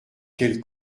quelle